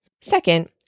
Second